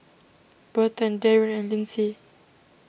Burton Darrien and Lyndsey